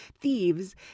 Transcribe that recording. thieves